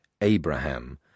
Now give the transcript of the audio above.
Abraham